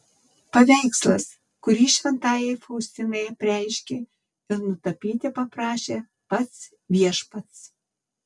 paveikslas kurį šventajai faustinai apreiškė ir nutapyti paprašė pats viešpats